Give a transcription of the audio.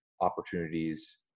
opportunities